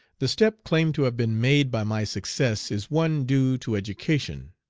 the step claimed to have been made by my success is one due to education,